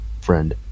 friend